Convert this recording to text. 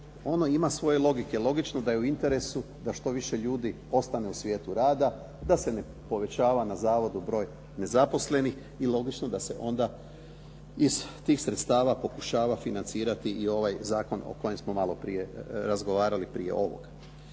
ono ima svoje logike. Logično da je u interesu da što više ljudi ostane u svijetu rada, da se ne povećava na zavodu broj nezaposlenih i logično da se onda iz tih sredstava pokušava financirati i ovaj zakon o kojem smo maloprije razgovarali prije ovog.